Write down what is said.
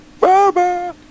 Bye-bye